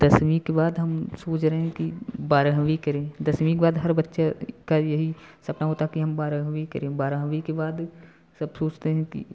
दसवीं के बाद हम सोच रहे हैं कि बारहवीं करें दसवीं के बाद हर बच्चा का यही सपना होता है कि हम बारहवीं करें बारहवीं के बाद सब सोचते हैं कि